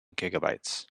gigabytes